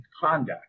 conduct